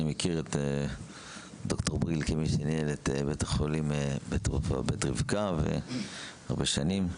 אני מכיר את ד"ר בריל כמי שניהל את בית החולים בבית רבקה הרבה שנים,